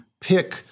pick